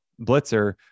Blitzer